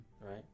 right